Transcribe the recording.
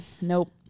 Nope